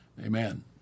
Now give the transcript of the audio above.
Amen